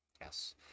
Yes